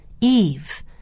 Eve